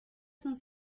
cent